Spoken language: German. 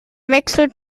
wechsel